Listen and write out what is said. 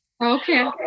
Okay